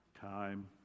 Time